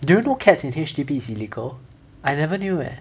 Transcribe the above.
do you know cats in H_D_B is illegal I never knew leh